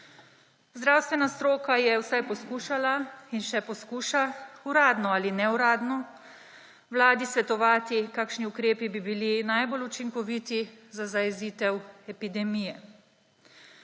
Zdravstvena stroka je vsaj poskušala in še poskuša, uradno ali neuradno, Vladi svetovati, kakšni ukrepi bi bili najbolj učinkoviti za zajezitev epidemije.